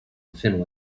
finland